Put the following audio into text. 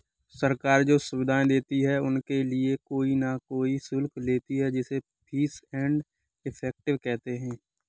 सरकार जो सुविधाएं देती है उनके लिए कोई न कोई शुल्क लेती है जिसे फीस एंड इफेक्टिव कहते हैं